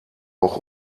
auch